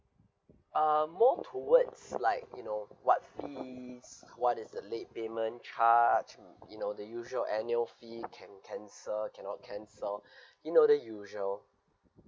uh more towards like you know what fees what is the late payment charge mm you know the usual annual fee you can cancel cannot cancel you know the usual